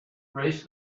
braced